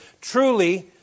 Truly